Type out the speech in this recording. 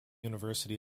university